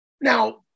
now